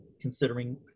considering